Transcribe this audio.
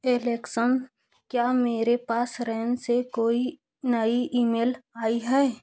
Alexa क्या मेरे पास रएन से कोई नई ईमेल आई है